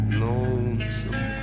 lonesome